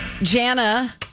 Jana